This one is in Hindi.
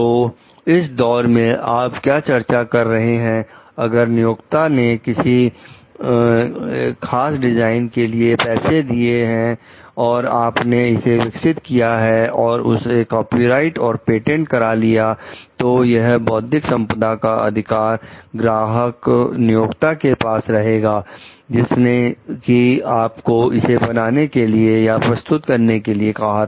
तो इस दौर में आप क्या चर्चा कर रहे हैं कि अगर नियोक्ता ने किसी खास डिजाइन के लिए पैसा दिया गया और आपने इसे विकसित किया और उसे कॉपीराइट और पेटेंट करा लिया तो यह बौद्धिक संपदा का अधिकार ग्राहक नियोक्ता के पास रहेगा जिसने कि आपको इसे बनाने के लिए या प्रस्तुत करने के लिए कहा था